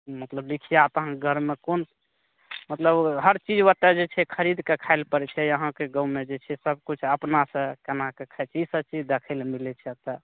मतलब विख्यात अहाँके घरमे कोन मतलब हर चीज ओतय जे छै खरीद कऽ खाय लेल पड़ै छै अहाँके गाँवमे जे छै सभकिछु अपनासँ कमाए कऽ खाइ छै इसभ चीज देखय लेल मिलै छै एतय